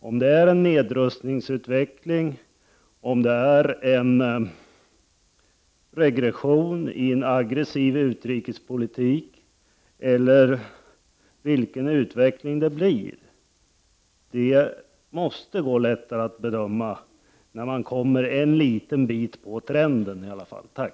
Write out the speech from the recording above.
Det kan vara en nedrustningsutveckling, en regression i en aggressiv utrikespolitik eller någon annan inriktning. Det måste vara lättare att göra en bedömning när trenden har kommit en bit på väg.